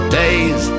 days